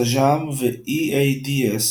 סאז'ם ו-EADS,